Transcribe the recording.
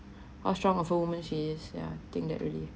how strong of a woman she is yeah I think that really